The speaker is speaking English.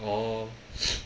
orh